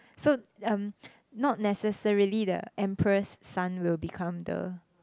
so um not necessarily the empress son will become the